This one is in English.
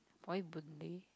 why Boon Lay